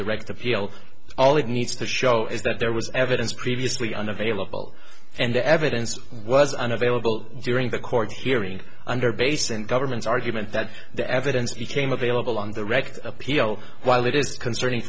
field all it needs to show is that there was evidence previously unavailable and the evidence was unavailable during the court hearing under base and government's argument that the evidence became available on the record appeal while it is concerning